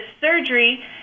surgery